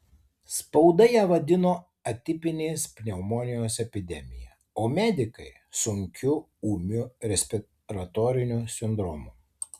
spauda ją vadino atipinės pneumonijos epidemija o medikai sunkiu ūmiu respiratoriniu sindromu